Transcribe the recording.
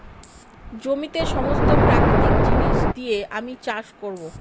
জমিতে সমস্ত প্রাকৃতিক জিনিস দিয়ে আমি চাষ করবো